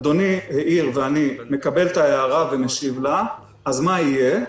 אדוני העיר ואני מקבל את ההערה ומשיב לה: אז מה יהיה?